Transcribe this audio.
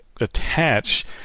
attach